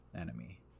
enemy